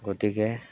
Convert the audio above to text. গতিকে